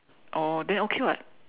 oh then okay [what]